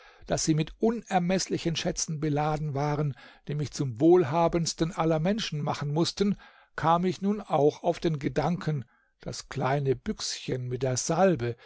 daß sie mit unermeßlichen schätzen beladen waren die mich zum wohlhabendsten aller menschen machen mußten kam ich nun auch auf den gedanken das kleine büchschen mit der salbe